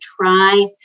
try